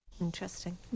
Interesting